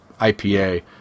IPA